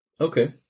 Okay